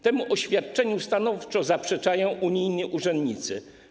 Temu oświadczeniu stanowczo zaprzeczają unijni urzędnicy.